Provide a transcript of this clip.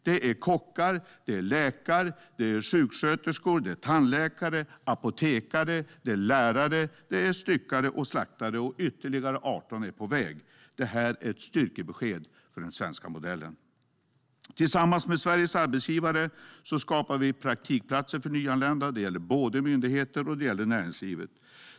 Det handlar om kockar, läkare, sjuksköterskor, tandläkare, apotekare, lärare, styckare, slaktare och ytterligare 18 bristyrken är på väg. Det här är ett styrkebesked för den svenska modellen. Tillsammans med Sveriges arbetsgivare skapar vi praktikplatser för nyanlända. Det gäller både myndigheter och näringslivet.